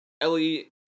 Ellie